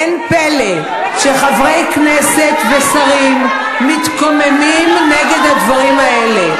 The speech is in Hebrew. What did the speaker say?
אין פלא שחברי כנסת ושרים מתקוממים נגד הדברים האלה.